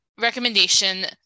recommendation